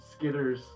skitters